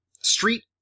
street